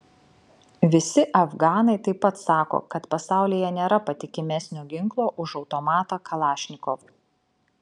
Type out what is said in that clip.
visi afganai taip pat sako kad pasaulyje nėra patikimesnio ginklo už automatą kalašnikov